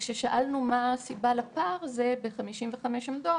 כששאלנו מה הסיבה לפער הזה של 55 עמדות,